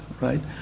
right